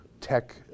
tech